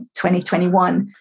2021